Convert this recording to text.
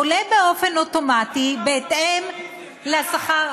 עולה אוטומטית בהתאם לשכר,